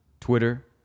Twitter